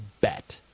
bet